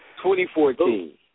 2014